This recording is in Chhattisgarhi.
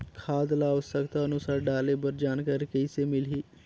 खाद ल आवश्यकता अनुसार डाले बर जानकारी कइसे मिलही?